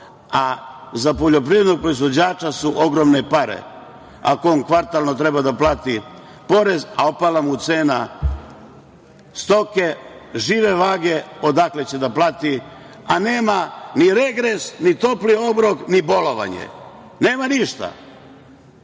a za poljoprivrednog proizvođača su ogromne pare, ako on kvartalno treba da plati porez, a opala mu cena stoke žive vage. Odakle će da plati? A, nema ni regres, ni topli obrok, ni bolovanje, nema ništa.